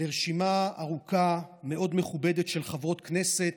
לרשימה ארוכה, מאוד מכובדת, של חברות כנסת